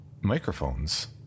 microphones